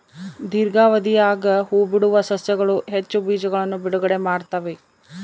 ದೀರ್ಘಾವಧಿಯಾಗ ಹೂಬಿಡುವ ಸಸ್ಯಗಳು ಹೆಚ್ಚು ಬೀಜಗಳನ್ನು ಬಿಡುಗಡೆ ಮಾಡ್ತ್ತವೆ